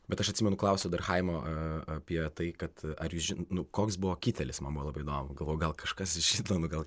bet aš atsimenu klausiau dar chaimo apie tai kad ar jus ži nu koks buvo kitėlis man buvo labai įdomu galvojau gal kažkas iš šito nu gal